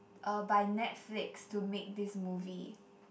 uh by Netflix to make this movie